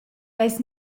dess